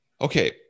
Okay